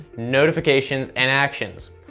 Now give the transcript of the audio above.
notifications and actions.